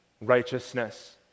righteousness